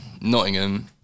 Nottingham